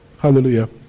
Hallelujah